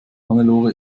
hannelore